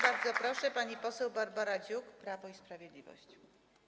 Bardzo proszę, pani poseł Barbara Dziuk, Prawo i Sprawiedliwość.